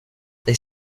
they